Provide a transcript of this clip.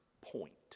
point